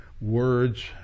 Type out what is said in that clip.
words